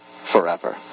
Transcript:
forever